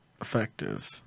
effective